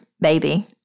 baby